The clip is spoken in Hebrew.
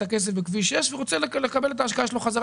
הכסף בכביש 6 ורוצה לקבל את ההשקעה שלו בחזרה.